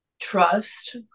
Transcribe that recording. trust